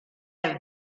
have